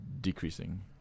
decreasing